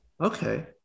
Okay